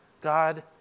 God